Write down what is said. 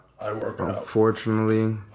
unfortunately